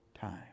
time